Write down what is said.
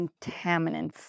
contaminants